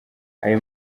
ayo